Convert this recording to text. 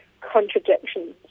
contradictions